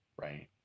Right